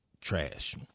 trash